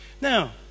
Now